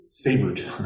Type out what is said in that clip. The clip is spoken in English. favored